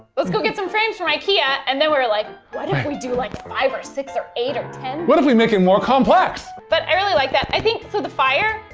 let's go get some frames from ikea, and then we were like, what if we do like five, or six, or eight, or ten? what if we make it more complex? but, i really like that, i think, so, the fire.